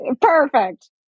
Perfect